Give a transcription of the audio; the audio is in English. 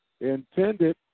Intended